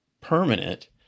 permanent